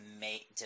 make